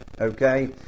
Okay